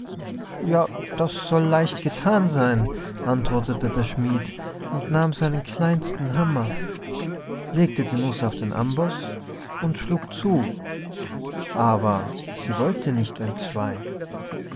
ja das soll leicht gethan sein antwortete der schmied und nahm seinen kleinsten hammer legte die nuß auf den amboß und schlug zu aber sie wollte nicht entzwei